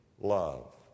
love